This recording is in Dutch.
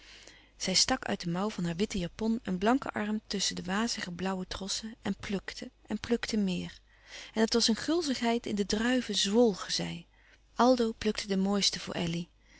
zij stak uit de mouw van haar witten japon een blanken arm tusschen de wazige blauwe trossen en plukte en plukte meer en het was een gulzigheid in de druiven zwolgen zij aldo plukte de mooiste voor elly